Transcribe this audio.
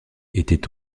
était